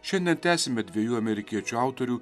šiandien tęsime dviejų amerikiečių autorių